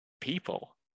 people